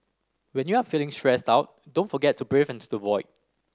when you are feeling stressed out don't forget to breathe into the void